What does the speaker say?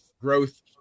growth